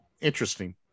interesting